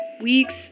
weeks